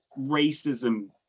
racism